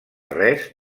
res